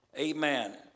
Amen